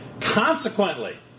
Consequently